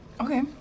Okay